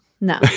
no